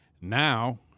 now